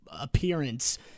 appearance